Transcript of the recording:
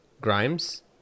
grimes